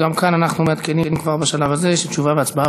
וגם כאן אנחנו מעדכנים כבר בשלב הזה שתשובה והצבעה,